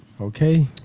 Okay